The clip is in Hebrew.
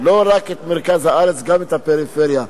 לא רק את מרכז הארץ, גם את הפריפריה.